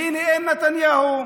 והינה, עם נתניהו,